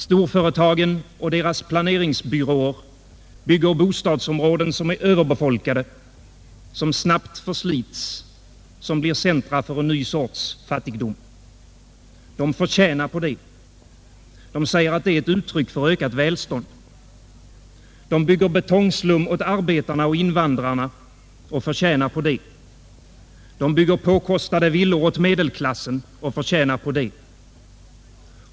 Storföretagen och deras planeringsbyråer bygger bostadsområden som är överbefolkade, som snabbt förslits, som blir centra för en ny sorts fattigdom. De förtjänar på det. De säger att det är ett uttryck för ökat välstånd. De bygger betongslum åt arbetarna och invandrarna och förtjänar på det. De bygger påkostade villor åt medelklassen och förtjänar på det.